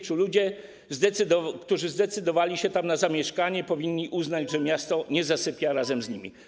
Czy ludzie, którzy zdecydowali się tam na zamieszkanie, powinni uznać, że miasto nie zasypia razem z nimi?